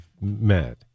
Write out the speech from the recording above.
met